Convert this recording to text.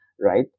Right